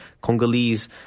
Congolese